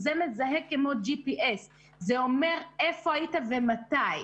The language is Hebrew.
מזהה כמו GPS. זה אומר איפה היית ומתי.